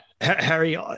Harry